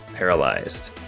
Paralyzed